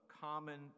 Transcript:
common